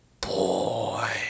boy